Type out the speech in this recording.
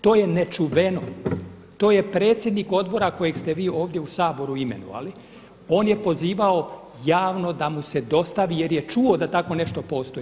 To ne nečuveno, to je predsjednik odbora kojeg ste vi ovdje u Saboru imenovali, on je pozivao javno da mu se dostavi jer je čuo da tako nešto postoji.